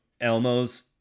Elmo's